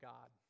God